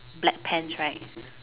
black pants right